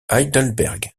heidelberg